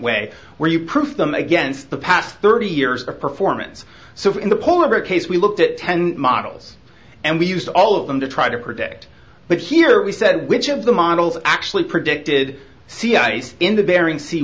way where you prove them against the past thirty years of performance so in the polar bear case we looked at ten models and we used all of them to try to predict but here we said which of the models actually predicted sea ice in the bering se